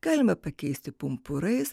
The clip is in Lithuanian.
galima pakeisti pumpurais